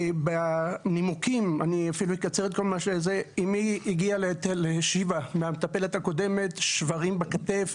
בתקופת המטפלת הקודמת אימי הגיעה לשיבא עם שברים בכתף,